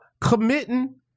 committing